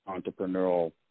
entrepreneurial